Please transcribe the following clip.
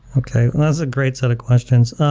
okay. that's a great set of questions.